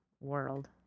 world